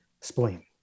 spleen